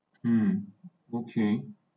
um okay